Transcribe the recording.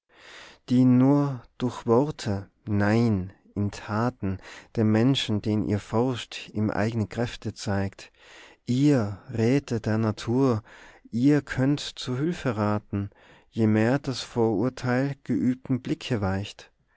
die nur durch worte nein in taten dem menschen den ihr forscht ihm eigne kräfte zeigt ihr räte der natur ihr könnt zur hülfe raten je mehr das vorurteil geübtem blicke weicht